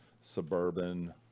suburban